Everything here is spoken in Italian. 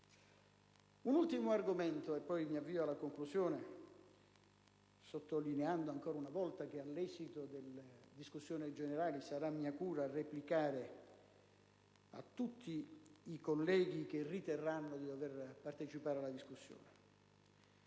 Un ultimo argomento, e poi mi avvio alla conclusione, sottolineando ancora una volta che all'esito della discussione generale sarà mia cura replicare a tutti i colleghi che riterranno di dovervi partecipare. Un